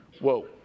Whoa